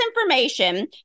information